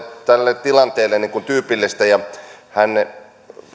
tälle tilanteelle tyypillisiä ja hän